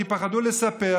כי הם פחדו לספר.